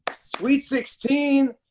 sweet sixteen!